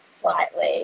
slightly